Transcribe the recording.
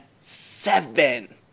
seven